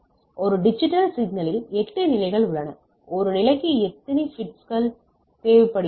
ஒரு டிஜிட்டல் சிக்னலில் 8 நிலைகள் உள்ளன ஒரு நிலைக்கு எத்தனை பிட்கள் தேவைப்படுகின்றன